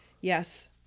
Yes